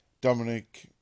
Dominic